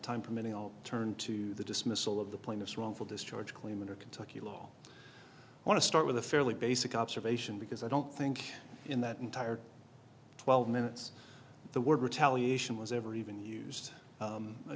time permitting all turn to the dismissal of the plaintiff's wrongful discharge claimant or kentucky law i want to start with a fairly basic observation because i don't think in that entire twelve minutes the word retaliation was ever even used